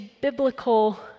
biblical